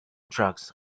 drugs